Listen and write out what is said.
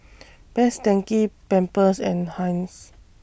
Best Denki Pampers and Heinz